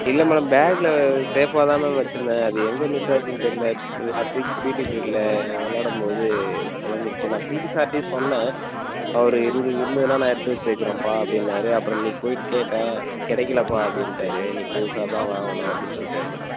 இல்லை மேடம் பேக்கில் சேஃபாக தான் மேம் வைச்சிருந்தேன் அது எங்கே மிஸ் ஆச்சுன்னு தெரியல லாஸ்ட் வீக் பீட்டி பிரீயட்ல விளையாடும் போது தொலஞ்சுருச்சி நான் பீட்டி சார்ட்டேயும் சொன்னேன் அவர் இருந்து இருந்ததுன்னா நான் எடுத்து வைக்கிறேன்பா அப்படின்னாரு அப்புறம் இன்றைக்கு போய்ட்டு கேட்டேன் கிடைக்கலப்பா அப்படின்ட்டாரு நீ புதுசாக தான் வாங்கணும் அப்படின்னு சொல்லிட்டாரு மேடம்